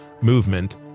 movement